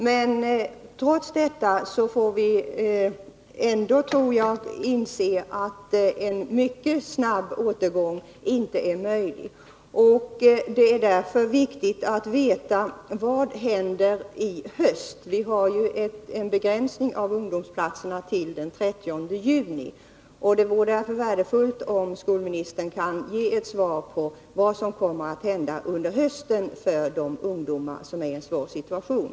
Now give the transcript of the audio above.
Men trots detta tror jagatt vi måste inse att en mycket snabb återgång inte är möjlig. Det är därför viktigt att veta vad som händer i höst — bidragsgivningen till ungdomsplatserna är ju begränsad till att gälla fram till den 30 juni. Det vore värdefullt om skolministern kunde ge ett svar på frågan om vad som kommer att hända till hösten när det gäller de ungdomar som är i en svår situation.